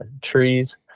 trees